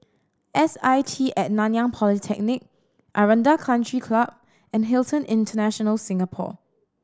S I T and Nanyang Polytechnic Aranda Country Club and Hilton International Singapore